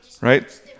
Right